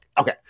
okay